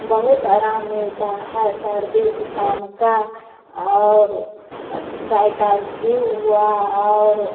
बहुत आराम मिलता है सर्दी जुकाम का और गाय का घी हुआ और